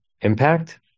impact